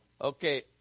Okay